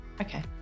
okay